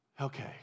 Okay